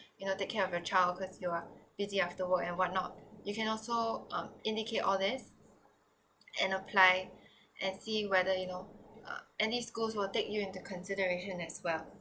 you know take care of your child cause you're busy after work and what not you can also um indicate all this and apply and see whether you know uh any schools will take you into consideration as well